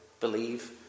believe